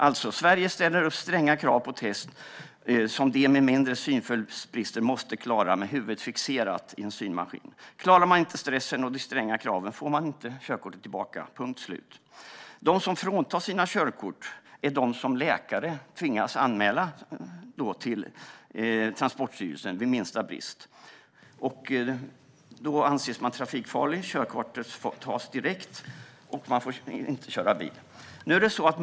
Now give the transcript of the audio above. Sverige sätter alltså upp stränga krav på test som de med mindre synfältsbrister måste klara med huvudet fixerat i en synmaskin. Klarar man inte stressen och de stränga kraven får man inte körkortet tillbaka, punkt slut. De som fråntas sina körkort är de som läkare tvingas anmäla till Transportstyrelsen vid minsta brist i synfältet. Då anses man trafikfarlig. Körkortet ska tas direkt, och man får inte köra bil.